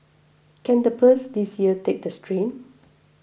can the purse this year take the strain